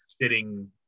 Sitting